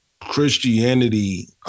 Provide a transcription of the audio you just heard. Christianity